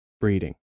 breeding